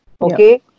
Okay